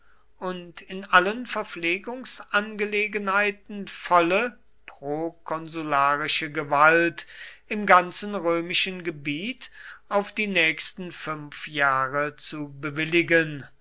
und in allen verpflegungsangelegenheiten volle prokonsularische gewalt im ganzen römischen gebiet auf die nächsten fünf jahre zu bewilligen